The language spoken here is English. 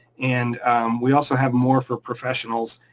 and we also have more for professionals.